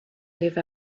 live